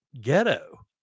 ghetto